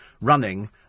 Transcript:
running